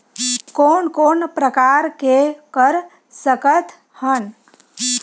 कोन कोन प्रकार के कर सकथ हन?